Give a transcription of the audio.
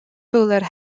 fowler